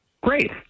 Great